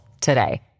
today